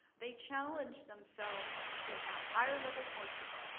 they challenged themselves to have higher level courses,